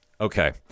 Okay